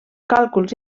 càlculs